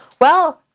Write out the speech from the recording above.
well,